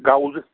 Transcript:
गावजोब